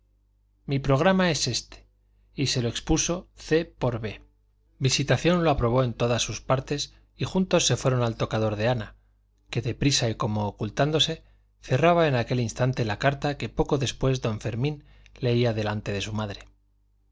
mi programa es este y se lo expuso c por b visitación lo aprobó en todas sus partes y juntos se fueron al tocador de ana que deprisa y como ocultándose cerraba en aquel instante la carta que poco después don fermín leía delante de su madre